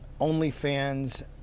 OnlyFans